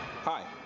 hi